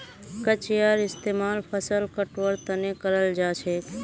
कचियार इस्तेमाल फसल कटवार तने कराल जाछेक